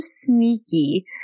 sneaky